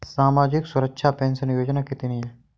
सामाजिक सुरक्षा पेंशन योजना कितनी हैं?